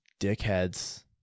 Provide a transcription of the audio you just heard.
dickheads